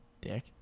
Dick